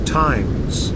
times